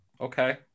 Okay